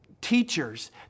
teachers